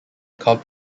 cobb